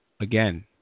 again